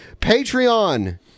patreon